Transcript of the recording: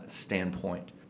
standpoint